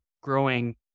growing